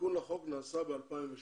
תיקון לחוק נעשה ב-2003.